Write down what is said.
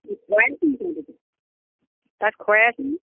খুৱাই থাকিব লাগিবতো তাত খুৱাই আছেনে